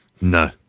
No